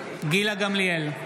גמליאל,